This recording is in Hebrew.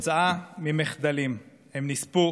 כתוצאה ממחדלים, הם נספו